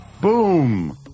Boom